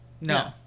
no